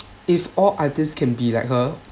if all artists can be like her